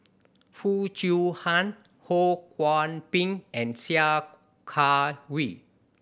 Foo Chiu Han Ho Kwon Ping and Sia Kah Hui